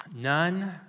None